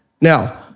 Now